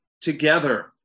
together